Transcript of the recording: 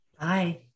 Bye